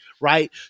right